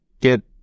get